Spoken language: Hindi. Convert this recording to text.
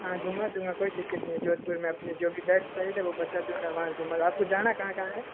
हाँ घुमा दूँगा कोई दिक्क्त नहीं है जोधपुर मे अपने जो भी बेस्ट साइड है वो बता दूँगा वहाँ घुमा आप को जाना कहाँ कहाँ है